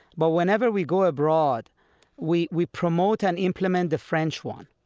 but whenever we go abroad we we promote and implement the french one,